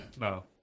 No